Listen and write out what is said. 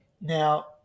Now